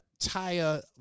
Taya